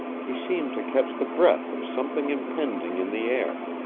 he seemed to catch the breath of something impending in the air.